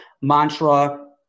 mantra